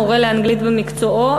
מורה לאנגלית במקצועו,